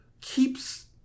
keeps